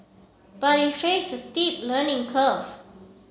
but he faced a steep learning curve